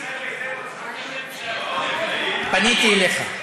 פניתי אליך,